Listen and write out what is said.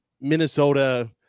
Minnesota